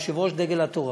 יושב-ראש דגל התורה.